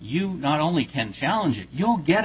you not only can challenge you'll get a